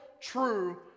true